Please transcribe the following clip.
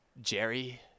Jerry